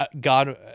God